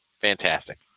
fantastic